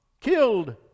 killed